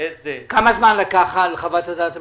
לאיזה --- כמה זמן לקח עד קבלת חוות הדעת המשפטית?